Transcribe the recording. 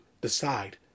decide